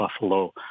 Buffalo